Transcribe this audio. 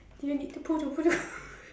you need to poo to poo